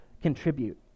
contribute